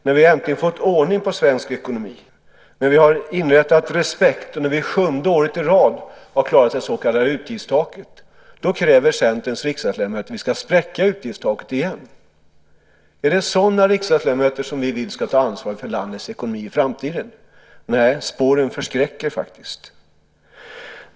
När vi äntligen fått ordning på svensk ekonomi, skapat respekt och för sjunde året i rad klarat det så kallade utgiftstaket kräver Centerns riksdagsledamöter att vi ska spräcka utgiftstaket igen. Vill vi att sådana riksdagsledamöter ska ta ansvar för landets ekonomi i framtiden? Nej, spåren förskräcker.